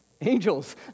angels